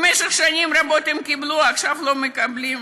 במשך שנים רבות הם קיבלו ועכשיו הם לא מקבלים.